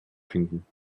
finden